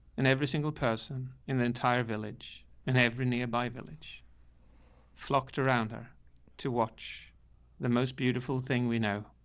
and every single person in the entire village and every nearby village flocked around her to watch the most beautiful thing. we know